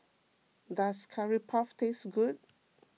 does Curry Puff taste good